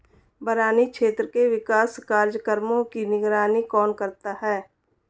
बरानी क्षेत्र के विकास कार्यक्रमों की निगरानी कौन करता है?